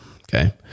Okay